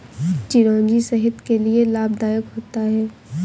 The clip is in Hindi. चिरौंजी सेहत के लिए लाभदायक होता है